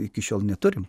iki šiol neturim